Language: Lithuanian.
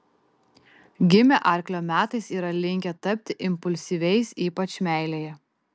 gimę arklio metais yra linkę tapti impulsyviais ypač meilėje